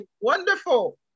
wonderful